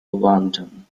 london